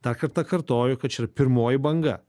dar kartą kartoju kad čia yra pirmoji banga